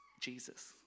Jesus